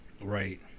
Right